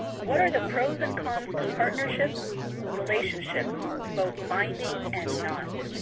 what are the pros and cons to partnerships' relationships both binding and not?